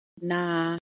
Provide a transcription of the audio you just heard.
nah